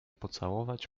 pocałować